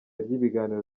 ry’ibiganiro